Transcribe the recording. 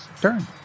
turn